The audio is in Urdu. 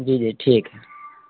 جی جی ٹھیک ہے